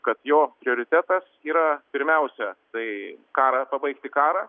kad jo prioritetas yra pirmiausia tai karą pabaigti karą